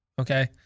Okay